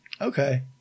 Okay